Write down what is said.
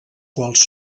quals